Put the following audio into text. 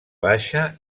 baixa